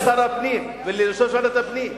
לשר הפנים וליושב-ראש ועדת הפנים.